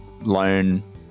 loan